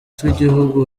tw’igihugu